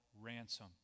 ransom